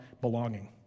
belonging